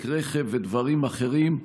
רכב ודברים אחרים.